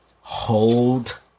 Hold